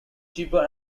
cheaper